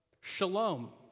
shalom